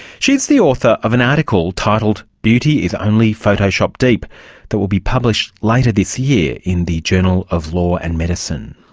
she is the author of an article titled beauty is only photoshop deep that will be published later this year in the journal of law and medicine.